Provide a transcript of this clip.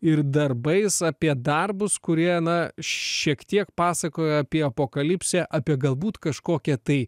ir darbais apie darbus kurie na šiek tiek pasakoja apie apokalipsę apie galbūt kažkokią tai